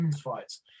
fights